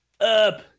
Up